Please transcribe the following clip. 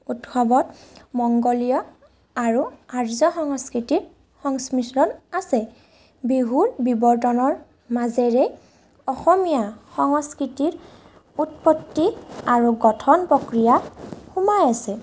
উৎসৱত মংগোলীয় আৰু আৰ্য সংস্কৃতিত সংমিশ্ৰণ আছে বিহুৰ বিৱৰ্তনৰ মাজেৰে অসমীয়া সংস্কৃতিত উৎপত্তি আৰু গঠন প্ৰক্ৰিয়া সোমাই আছে